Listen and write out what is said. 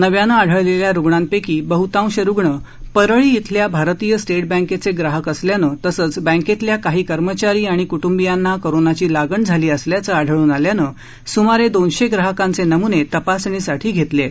नव्यानं आढळलेल्या रुग्णांपैकी बहतांश रुग्ण परळी इथल्या भारतीय स्टेट बँकचे ग्राहक असल्यानं तसंच बँकेतल्या काही कर्मचारी आणि क्टुंबियांनाही कोरोनाची लागण झाली असल्याचं आढळून आल्यानं सुमारे दोनशे ग्राहकांचे नम्ने तपासणीसाठी घेतले जात आहेत